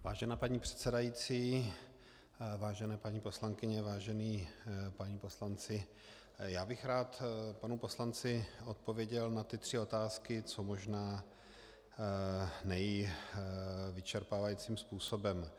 Vážená paní předsedající, vážené paní poslankyně, vážení páni poslanci, já bych rád panu poslanci odpověděl na ty tři otázky co možná nejvyčerpávajícím způsobem.